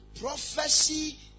prophecy